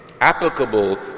applicable